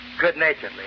good-naturedly